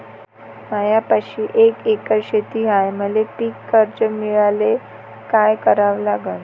मायापाशी एक एकर शेत हाये, मले पीककर्ज मिळायले काय करावं लागन?